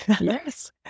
Yes